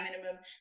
minimum